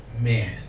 man